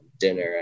dinner